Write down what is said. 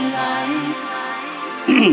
life